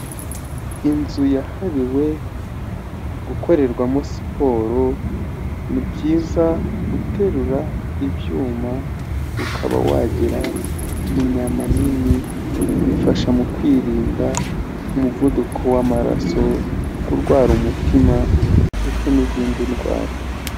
Inzu yahariwe gukorerwamo siporo, ni byiza guterura ibyuma ukaba wagira inyama nini, bifasha mu kwirinda umuvuduko w'amaraso, kurwara umutima ndetse n'izindi ndwara.